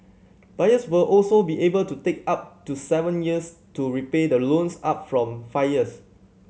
buyers will also be able to take up to seven years to repay the loans up from five years